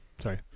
Sorry